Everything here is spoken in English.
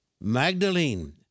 Magdalene